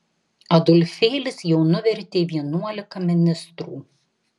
adolfėlis jau nuvertė vienuolika ministrų